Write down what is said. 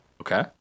Okay